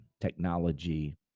technology